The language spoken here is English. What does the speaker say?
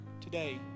today